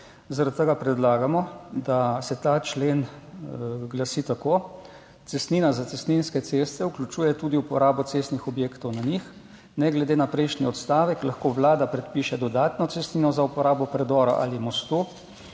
Zaradi tega predlagamo, da se ta člen glasi tako: "Cestnina za cestninske ceste vključuje tudi uporabo cestnih objektov na njih. Ne glede na prejšnji odstavek lahko vlada predpiše dodatno cestnino za uporabo predora ali mostu